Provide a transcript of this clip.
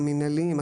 המנהליים,